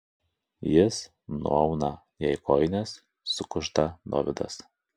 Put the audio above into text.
jis nuauna jai kojines sukužda dovydas